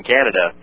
Canada